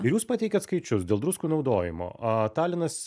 ir jūs pateikiat skaičius dėl druskų naudojimo talinas